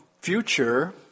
future